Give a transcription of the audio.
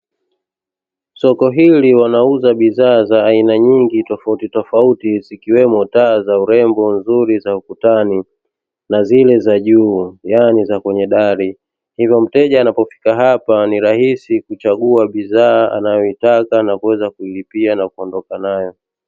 Soko hili wanauza bidhaa nyingi tofauti tofauti zikiwemo taa za urembo nzuri za ukutani na zile za juu yaani za kwenye dari, hivyo mteja anapofika hapa ni rahisi kuchagua bidhaa anayoitaka na kuweza kuilipia na kuondoka nayo.